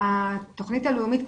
התוכנית הלאומית,